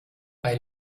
bei